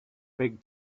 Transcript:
big